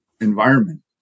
environment